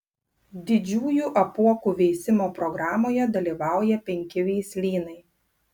didžiųjų apuokų veisimo programoje dalyvauja penki veislynai